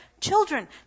children